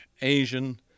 Asian